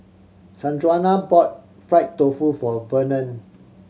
Sanjuana bought fried tofu for Vernon